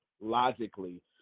logically